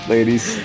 Ladies